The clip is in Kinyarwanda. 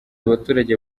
abaturage